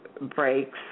breaks